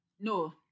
No